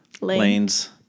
Lanes